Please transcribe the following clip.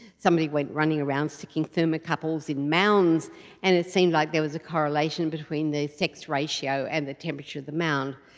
somebody went running around sticking thermocouples in mounds and it seemed like there was a correlation between the sex ratio and the temperature of the mound.